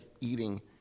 eating